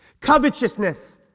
Covetousness